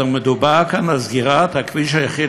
אלא מדובר כאן על סגירת הכביש היחיד